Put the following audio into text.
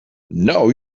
now